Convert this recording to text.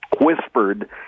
whispered